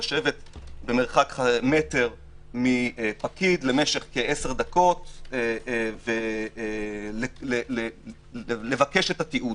לשבת במרחק מטר מפקיד למשך כעשר דקות ולבקש את התיעוד.